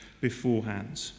beforehand